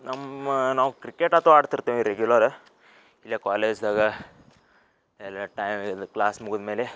ನಮ್ಮ ನಾವು ಕ್ರಿಕೆಟ್ ಅಂತೂ ಆಡ್ತಿರ್ತೇವೆ ರೆಗ್ಯುಲರ ಇಲ್ಲೇ ಕಾಲೇಜ್ದಾಗ ಎಲ್ಲ ಟೈಮ್ ಇಲ್ಲಿ ಕ್ಲಾಸ್ ಮುಗಿದ್ಮೇಲೆ